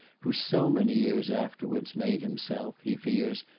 who so many years afterwards made himself, he fears,